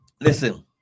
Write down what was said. Listen